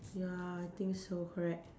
ya I think so correct